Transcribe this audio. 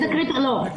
לא,